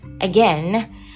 again